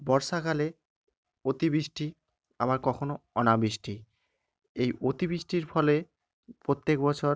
বর্ষাকালে অতিবৃষ্টি আবার কখনো অনাবৃষ্টি এই অতি বৃষ্টির ফলে প্রত্যেক বছর